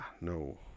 no